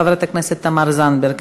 חברת הכנסת תמר זנדברג,